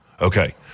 Okay